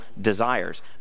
desires